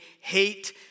hate